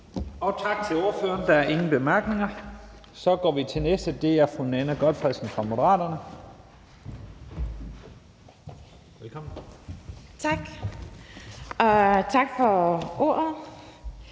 Tak til ordføreren. Der er ingen korte bemærkninger. Så går vi til den næste, og det er fru Nanna W. Gotfredsen fra Moderaterne. Velkommen. Kl. 11:30 (Ordfører)